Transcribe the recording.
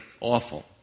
Awful